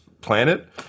planet